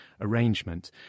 arrangement